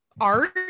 art